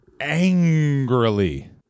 Angrily